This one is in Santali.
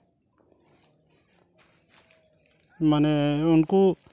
ᱢᱟᱱᱮ ᱩᱱᱠᱩ